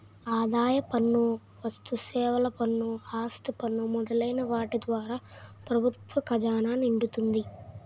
ఆదాయ పన్ను వస్తుసేవల పన్ను ఆస్తి పన్ను మొదలైన వాటి ద్వారా ప్రభుత్వ ఖజానా నిండుతుంది